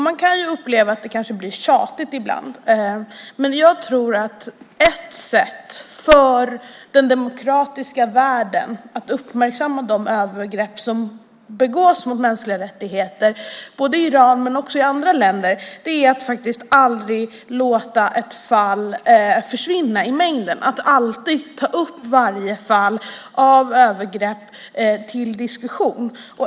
Man kan uppleva att det blir tjatigt ibland, men jag tror att ett sätt för den demokratiska världen att uppmärksamma de övergrepp som begås mot mänskliga rättigheter, både i Iran och i andra länder, är att faktiskt aldrig låta ett fall försvinna i mängden, att alltid ta upp varje fall av övergrepp till diskussion.